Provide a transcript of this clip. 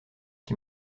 qui